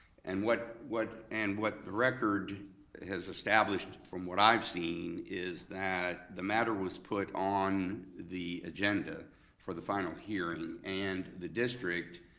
and what what and the record has established, from what i've seen, is that the matter was put on the agenda for the final hearing, and the district